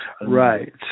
Right